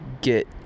get